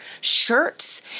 shirts